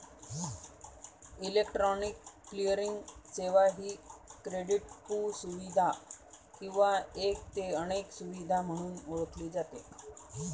electronic clearing सेवा ही क्रेडिटपू सुविधा किंवा एक ते अनेक सुविधा म्हणून ओळखली जाते